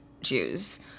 Jews